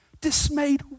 dismayed